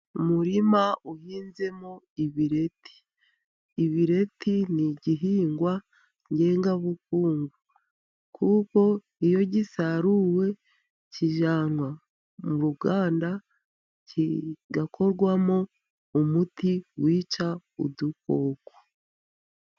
Umurima uhinzemo ibireti , ibireti n'igihingwa ngengabukungu kuko iyo gisaruwe kijyanwa m'uruganda, kigakorwamo umuti wica udukoko.